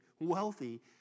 wealthy